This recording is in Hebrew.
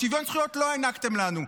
אז שוויון זכויות לא הענקתם לנו,